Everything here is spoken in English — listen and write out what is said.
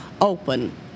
open